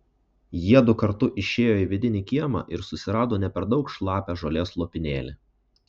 jiedu kartu išėjo į vidinį kiemą ir susirado ne per daug šlapią žolės lopinėlį